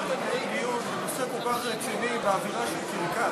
אי-אפשר לנהל דיון כל כך רציני באווירה של קרקס,